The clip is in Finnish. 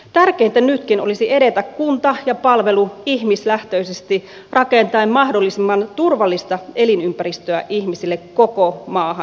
tärkeintä nytkin olisi edetä kunta ja palvelu ihmislähtöisesti rakentaen mahdollisimman turvallista elinympäristöä ihmisille koko maahan